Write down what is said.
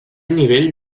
nivell